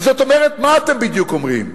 זאת אומרת, מה אתם בדיוק אומרים?